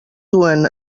duen